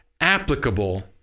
applicable